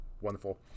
wonderful